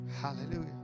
Hallelujah